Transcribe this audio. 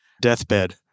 deathbed